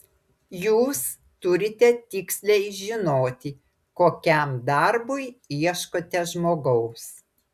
jūs turite tiksliai žinoti kokiam darbui ieškote žmogaus